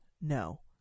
No